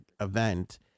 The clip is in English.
event